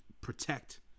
protect